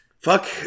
fuck